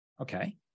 Okay